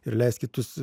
ir leisti kitus